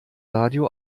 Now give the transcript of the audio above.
radio